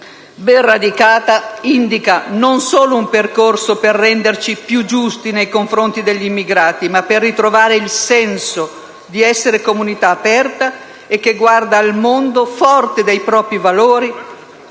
ben radicata, indica un percorso non solo per renderci più giusti nei confronti degli immigrati, ma anche per ritrovare il senso di essere comunità aperta, che guarda al mondo forte dei propri valori,